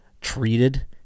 treated